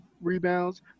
rebounds